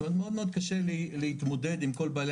זאת אומרת מאוד קשה להתמודד עם כל בעלי